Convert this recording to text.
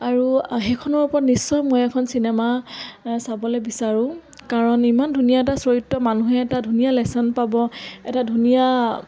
আৰু সেইখনৰ ওপৰত নিশ্চয় মই এখন চিনেমা চাবলৈ বিচাৰোঁ কাৰণ ইমান ধুনীয়া এটা চৰিত্ৰ মানুহে এটা ধুনীয়া লেচন পাব এটা ধুনীয়া